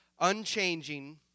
Unchanging